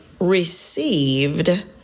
received